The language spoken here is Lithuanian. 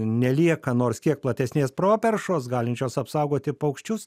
nelieka nors kiek platesnės properšos galinčios apsaugoti paukščius